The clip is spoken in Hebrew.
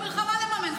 יש לנו מלחמה לממן,